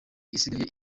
isigaye